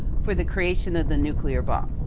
for the creation of the nuclear bomb.